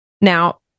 Now